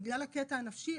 בגלל הקטע הנפשי,